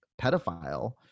pedophile